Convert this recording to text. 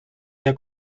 der